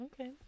okay